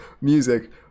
music